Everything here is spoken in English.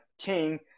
King